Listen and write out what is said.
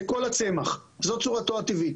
זה כל הצמח, זאת צורתו הטבעית.